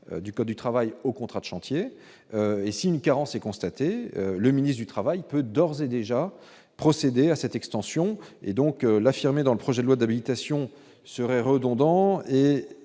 du code du travail au contrat de chantier et si une carence et constaté le ministre du Travail peut d'ores et déjà procédé à cette extension et donc l'affirmer dans le projet de loi d'habilitation serait redondant et